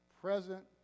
present